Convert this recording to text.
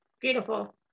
Beautiful